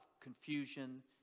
confusion